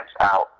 out